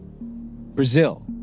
Brazil